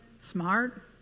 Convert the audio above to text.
smart